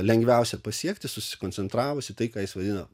lengviausia pasiekti susikoncentravus į tai ką jis vadino